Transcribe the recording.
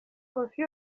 koffi